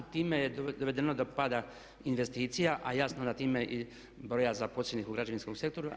Time je dovedeno do pada investicija, a jasno time i broja zaposlenih u građevinskom sektoru.